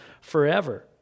forever